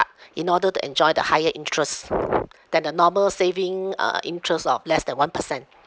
in order to enjoy the higher interest than the normal saving uh interest of less than one percent